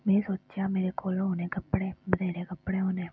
में सोचेआ मेरे कोल होने कप्पड़े बथेरे कप्पड़े होने